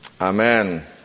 Amen